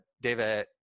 David